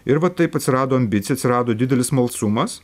ir va taip atsirado ambicija atsirado didelis smalsumas